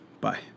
Bye